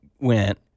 went